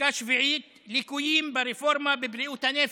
מכה שביעית: ליקויים ברפורמה בבריאות הנפש,